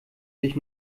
sich